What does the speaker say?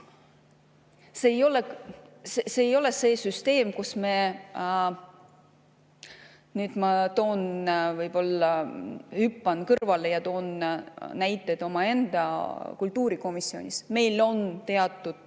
see ei ole see süsteem, kus me ... Nüüd ma võib-olla hüppan kõrvale ja toon näiteid omaenda kultuurikomisjonist. Meil on teatud